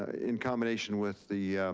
in combination with the